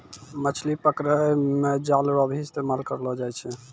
मछली पकड़ै मे जाल रो भी इस्तेमाल करलो जाय छै